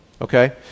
Okay